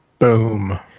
boom